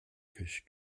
kış